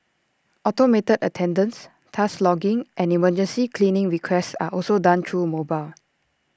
automated attendance task logging and emergency cleaning requests are also done through mobile